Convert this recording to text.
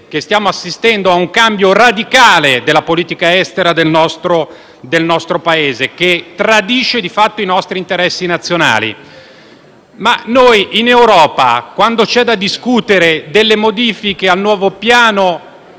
che stiamo assistendo a un cambio radicale della politica estera del nostro Paese, che tradisce di fatto i nostri interessi nazionali. Quando c'è da discutere in Europa delle modifiche al nuovo piano